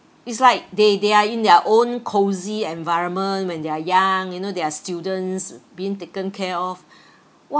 it's like they they are in their own cosy environment when they're young you know they are students being taken care of